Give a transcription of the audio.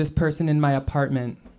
this person in my apartment